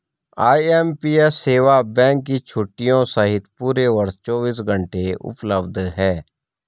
IMPS सेवा bank की छुट्टियों सहित पूरे वर्ष चौबीस घंटे उपलब्ध है